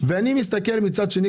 מצד שני,